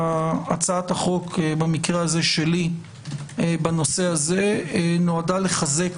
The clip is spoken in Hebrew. הצעת החוק במקרה הזה שלי בנושא הזה נועדה לחזק